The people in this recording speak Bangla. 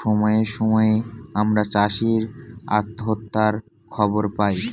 সময়ে সময়ে আমরা চাষী আত্মহত্যার খবর পাই